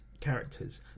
characters